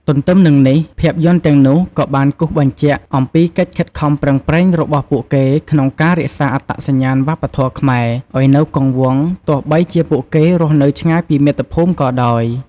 ទន្ទឹមនឹងនេះ ភាពយន្តទាំងនោះក៏បានគូសបញ្ជាក់អំពីកិច្ចខិតខំប្រឹងប្រែងរបស់ពួកគេក្នុងការរក្សាអត្តសញ្ញាណវប្បធម៌ខ្មែរ ឱ្យនៅគង់វង្ស ទោះបីជាពួកគេរស់នៅឆ្ងាយពីមាតុភូមិក៏ដោយ។